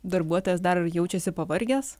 darbuotojas dar jaučiasi pavargęs